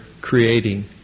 creating